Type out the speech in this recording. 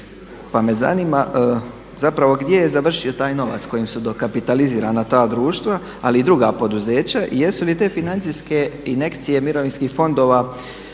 Pa me zanima zapravo gdje je završio taj novac kojim su dokapitalizirana ta društva ali i druga poduzeća? Jesu li te financijske injekcije mirovinskih fondova